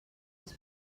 els